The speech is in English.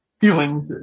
feelings